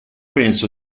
penso